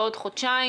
בעוד חודשיים